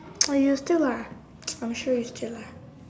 oh you still are I'm sure you still are